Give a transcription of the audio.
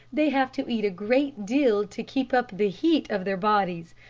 they have to eat a great deal to keep up the heat of their bodies,